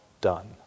done